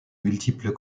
multiples